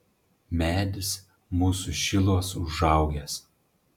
medis mūsų šiluos užaugęs